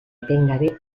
etengabe